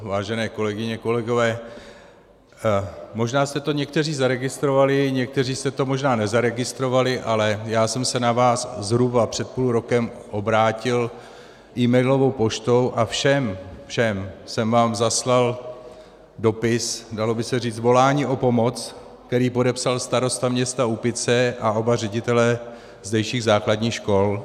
Vážené kolegyně, kolegové, možná jste to někteří zaregistrovali, někteří jste to možná nezaregistrovali, ale já jsem se na vás zhruba před půl rokem obrátil emailovou poštou a všem, všem, jsem vám zaslal dopis, dalo by se říci volání o pomoc, který podepsal starosta města Úpice a oba ředitelé zdejších základních škol.